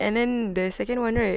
and then the second one right